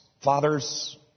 fathers